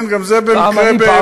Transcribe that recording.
כן, גם זה במקרה באילת.